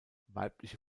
weibliche